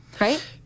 right